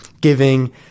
giving